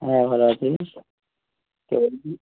হ্যাঁ ভালো আছি কে বলছেন